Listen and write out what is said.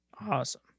Awesome